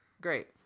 Great